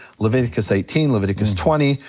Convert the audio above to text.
leviticus eighteen, leviticus twenty.